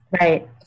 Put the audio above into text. Right